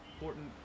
important